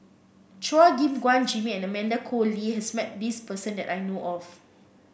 Chua Gim Guan Jimmy and Amanda Koe Lee has met this person that I know of